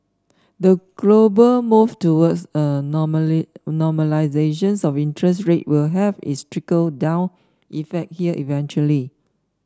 the global move towards a normalisation of interest rates will have its trickle down effect here eventually